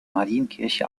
marienkirche